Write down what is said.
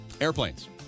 Airplanes